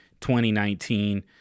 2019